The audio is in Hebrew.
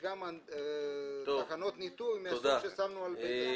יש גם תחנות ניטור מן הסוג ששמנו על בית הספר.